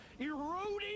eroding